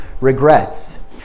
regrets